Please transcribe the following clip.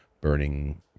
burning